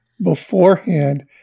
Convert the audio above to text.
beforehand